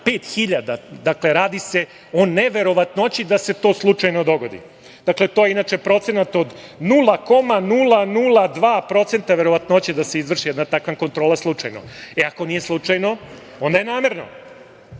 1:5.000. Dakle, radi se o neverovatnoći da se to slučajno dogodi. Dakle, to je inače procenata od 0,002% verovatnoće da se izvrši jedna takva kontrola slučajno. E, ako nije slučajno, onda je namerno. Inače,